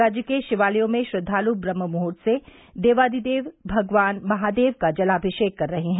राज्य के शिवालयों में श्रद्वालु ब्रम्हमुहूर्त से देवाधिदेव भगवान महादेव का जलामिषेक कर रहे हैं